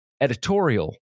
editorial